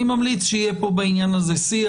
אני ממליץ שיהיה כאן בעניין הזה שיח.